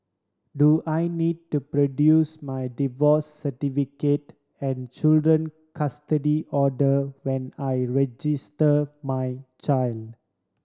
do I need to produce my divorce certificate and children custody order when I register my child